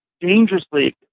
dangerously